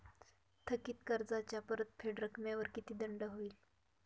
थकीत कर्जाच्या परतफेड रकमेवर किती दंड होईल?